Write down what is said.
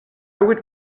would